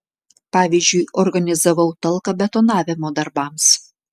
pavyzdžiui organizavau talką betonavimo darbams